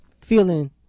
feeling